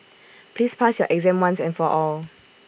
please pass your exam once and for all